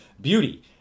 beauty